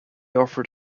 offered